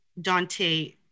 Dante